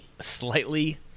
slightly